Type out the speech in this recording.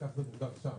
זה מוגדר שם,